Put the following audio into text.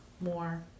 more